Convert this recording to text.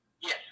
Yes